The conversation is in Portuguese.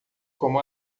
como